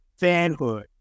fanhood